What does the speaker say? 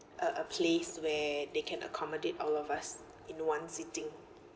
a a place where they can accommodate all of us in one sitting